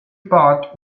part